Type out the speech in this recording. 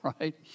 right